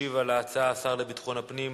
ישיב על ההצעה השר לביטחון הפנים,